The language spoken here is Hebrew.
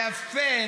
יפה.